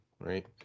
right